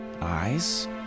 Eyes